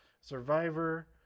Survivor